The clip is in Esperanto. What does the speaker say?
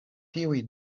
tiuj